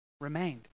remained